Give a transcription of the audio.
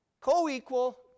Co-equal